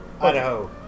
Idaho